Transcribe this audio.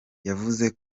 yavuze